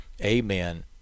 amen